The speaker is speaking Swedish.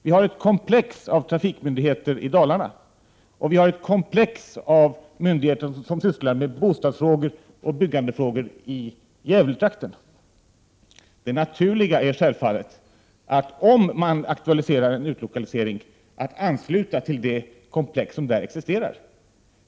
Vi har ett komplex av trafikmyndigheter i Dalarna och ett komplex av myndigheter som sysslar med bostadsoch byggandefrågori Gävletrakten. Om man aktualiserar en utlokalisering är det naturliga att man ansluter till de komplex som redan existerar.